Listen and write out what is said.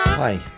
Hi